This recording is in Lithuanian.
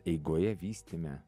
eigoje vystyme